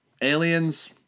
Aliens